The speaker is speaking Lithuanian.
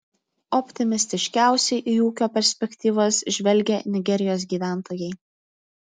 optimistiškiausiai į ūkio perspektyvas žvelgia nigerijos gyventojai